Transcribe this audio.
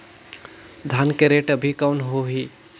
धान के रेट अभी कौन होही?